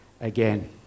again